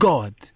God